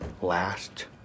last